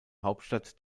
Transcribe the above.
hauptstadt